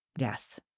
yes